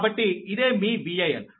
కాబట్టి ఇదే మీ Van